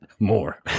More